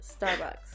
Starbucks